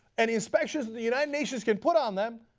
and inspections that the united nations can put on them,